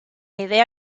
idea